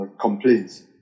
complaints